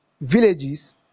villages